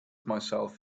myself